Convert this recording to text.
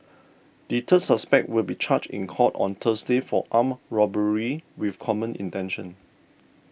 the third suspect will be charged in court on Thursday for armed robbery with common intention